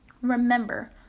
Remember